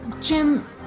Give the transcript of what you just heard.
Jim